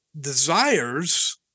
desires